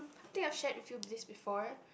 I think I shared with you this before